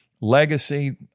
legacy